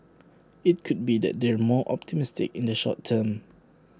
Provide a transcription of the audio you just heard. IT could be that they're more optimistic in the short term